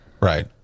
Right